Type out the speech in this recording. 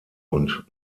und